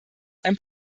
ein